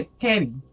caddy